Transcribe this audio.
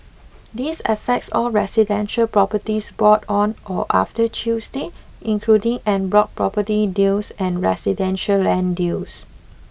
this affects all residential properties bought on or after Tuesday including en bloc property deals and residential land deals